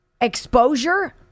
exposure